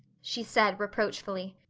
she said reproachfully.